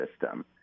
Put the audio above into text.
system